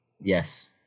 Yes